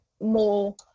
more